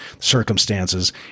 circumstances